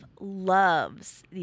loves